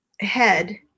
head